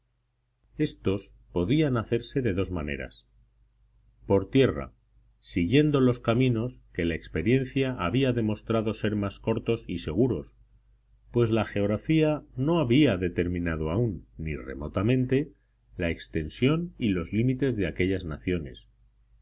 éstos podían hacerse de dos maneras por tierra siguiendo los caminos que la experiencia había demostrado ser más cortos y seguros pues la geografía no había determinado aún ni remotamente la extensión y los límites de aquellas naciones